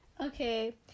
Okay